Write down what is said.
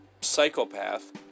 psychopath